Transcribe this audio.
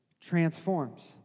transforms